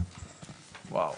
וואו,